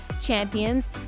champions